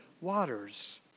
waters